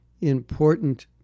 important